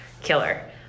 killer